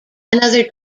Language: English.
another